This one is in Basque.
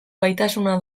gaitasuna